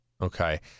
Okay